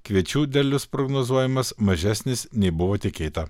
kviečių derlius prognozuojamas mažesnis nei buvo tikėta